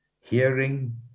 hearing